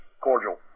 cordial